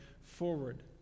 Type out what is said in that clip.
forward